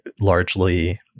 largely